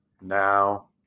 now